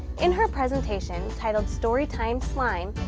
in her presentation titled story time slime,